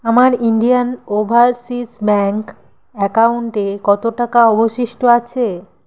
আমার Indian Overseas bank অ্যাকাউন্টে কত টাকা অবশিষ্ট আছে